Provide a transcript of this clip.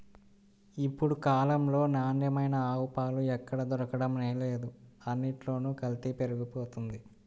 ఇప్పుడు కాలంలో నాణ్యమైన ఆవు పాలు ఎక్కడ దొరకడమే లేదు, అన్నిట్లోనూ కల్తీ పెరిగిపోతంది